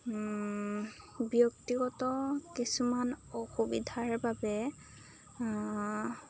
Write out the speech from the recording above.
ব্যক্তিগত কিছুমান অসুবিধাৰ বাবে